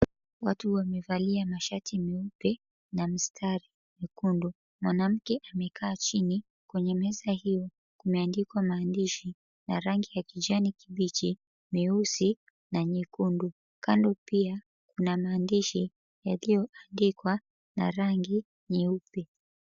Watu wamevalia mashati meupe na mistari miekundu. Mwanamke amekaa chini. Kwenye meza hiyo kumeandikwa maandishi na rangi ya kijanikibichi, meusi, na nyekundu. Kando pia kuna maandishi yaliyoandikwa na rangi nyeupe.